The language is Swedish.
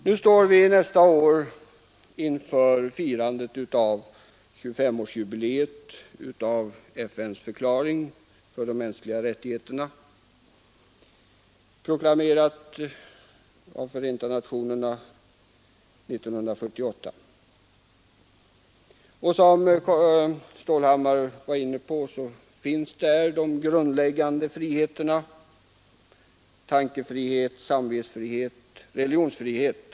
Nästa år skall vi fira 25-årsjubileet av FN:s förklaring om de mänskliga rättigheterna, proklamerad av Förenta nationerna 1948. Som herr Stålhammar var inne på talar den om de grundläggande friheterna — tankefrihet, samvetsfrihet och religionsfrihet.